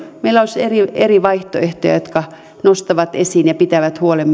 meillä olisi eri vaihtoehtoja jotka nostavat esiin myös lasten oikeudet ja pitävät huolen